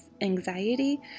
anxiety